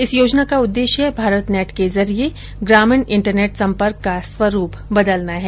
इस योजना का उद्देश्य भारतनेट के जरिए ग्रामीण इंटरनेट संपर्क का स्वरूप बदलना है